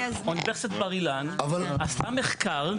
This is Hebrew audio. אוניברסיטת בר אילן עשתה מחקר,